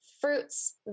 fruits